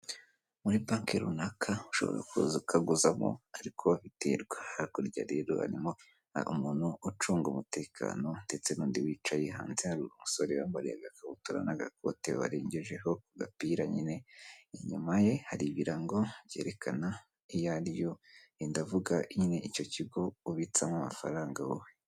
Muri banki runaka, ushobora kuza ukaguzamo ariko biterwa, hakurya rero harimo umuntu ucunga umutekano, ndetse n'undi wicaye, hanze hari umusore wiyambariye agakabutura n'agakote warengejeho agapira nyine, inyuma ye hari ibirango byerekana iyo ariyo, ndavuga nyine icyo kigo ubitsamo amafaranga wowe.